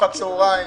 מנוחת צוהריים,